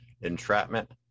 entrapment